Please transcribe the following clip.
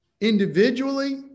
individually